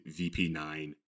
VP9